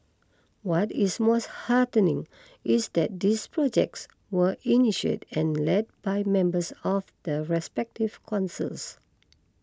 what is most heartening is that these projects were initiated and led by members of the respective councils